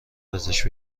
پزشک